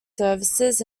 services